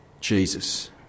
Jesus